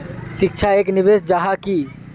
शिक्षा एक निवेश जाहा की?